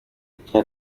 umukinyi